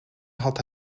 had